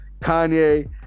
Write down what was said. kanye